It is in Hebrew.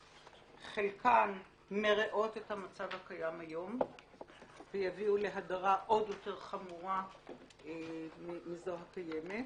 חלקן מרעות את המצב הקיים היום ויביאו להדרה עוד יותר חמורה מזו הקיימת,